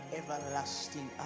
everlasting